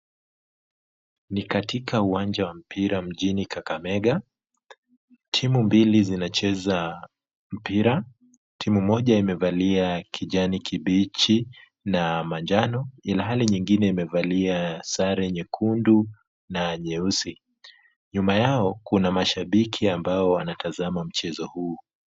Ni katika uwanja wa mpira mjini kakamega, timu mbili zinacheza mpira, timu moja imevalia kijani kibichi na manjano ilhali nyingine imevalia sare nyekundu na nyeusi. Nyuma yao kuna mashabiki ambao wanatazama mchezo huu.